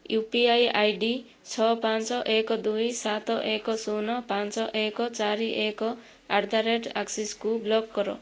you P I I D ଛଅ ପାଞ୍ଚ ଏକ ଦୁଇ ସାତ ଏକ ଶୂନ ପାଞ୍ଚ ଏକ ଚାରି ଏକ ଆଟ୍ ଦ ରେଟ୍ ଆକ୍ସିସ୍କୁ ବ୍ଲକ୍ କର